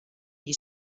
gli